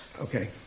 Okay